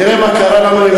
תראה מה קרה לנו עם,